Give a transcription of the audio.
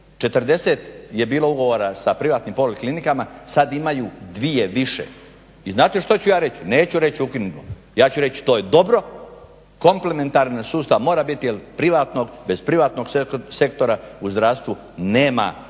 40 je bilo ugovora sa privatnim poliklinikama, sad imaju dvije više. I znate što ću ja reći, neću reći ukinuti, ja ću reći to je dobro, komplementaran sustav mora biti jer bez privatnog sektor u zdravstvu nema